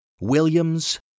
Williams